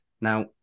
now